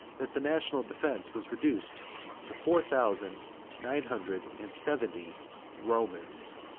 that the national defence was reduced to four thousand nine hundred and seventy romans.